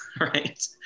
right